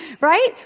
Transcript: Right